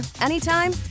anytime